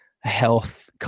health